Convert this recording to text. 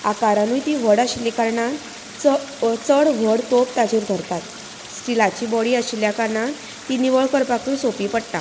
आकारानूय ती व्हड आशिल्ली कारणान च चड व्हड तोप ताचेर धरतात स्टिलाची बाॅडी आशिल्ल्या कारणान ती निवळ करपाकूय सोंपी पडटा